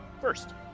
first